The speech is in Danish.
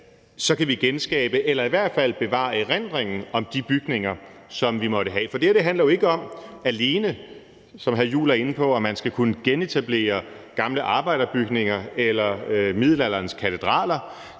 så kan vi genskabe eller i hvert fald bevare erindringen om de bygninger, som vi måtte have. Det her handler jo ikke alene om, som hr. Christian Juhl var inde på, at man skal kunne genetablere gamle arbejderbygninger eller middelalderens katedraler.